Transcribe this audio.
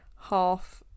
half